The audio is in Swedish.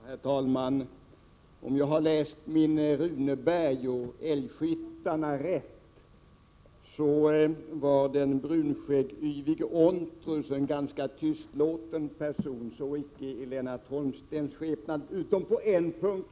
Herr talman! Om jag har läst Runebergs Älgskyttarne rätt, var den brunskäggyvige Ontrus en ganska tystlåten person. Så icke i Lennart Holmstens skepnad —- utom på en punkt.